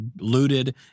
looted